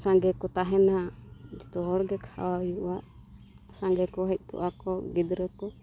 ᱥᱟᱸᱜᱮ ᱠᱚ ᱛᱟᱦᱮᱱᱟ ᱡᱚᱛᱚ ᱦᱚᱲ ᱜᱮ ᱠᱷᱟᱣᱟᱣ ᱦᱩᱭᱩᱜᱼᱟ ᱥᱟᱸᱜᱮ ᱠᱚ ᱦᱮᱡ ᱠᱚᱜᱼᱟ ᱠᱚ ᱜᱤᱫᱽᱨᱟᱹ ᱠᱚ